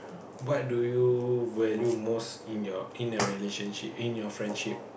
what do you value most in your in your relationship in your friendship